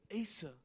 Asa